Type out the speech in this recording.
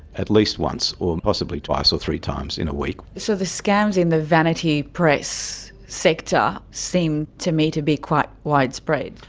at least once or and possibly twice or three times in a week. so the scams in the vanity press sector seem to me to be quite widespread.